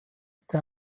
der